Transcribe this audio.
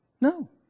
No